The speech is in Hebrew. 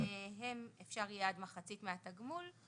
אפשר יהיה עד מחצית מהתגמול.